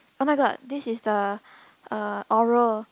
oh-my-god this is the uh oral